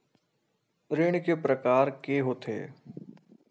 ऋण के प्रकार के होथे?